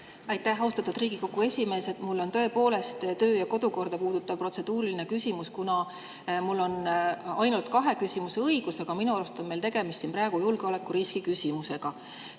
Aitäh, austatud Riigikogu esimees! Mul on tõepoolest töö- ja kodukorda puudutav protseduuriline küsimus, kuna mul on ainult kahe küsimuse õigus, aga minu arust on meil tegemist praegu julgeolekuriski küsimusega.